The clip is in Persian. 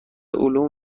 علوم